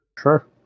Sure